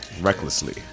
recklessly